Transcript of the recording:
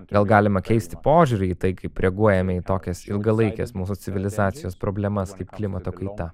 gal galima keisti požiūrį į tai kaip reaguojame į tokias ilgalaikes mūsų civilizacijos problemas kaip klimato kaita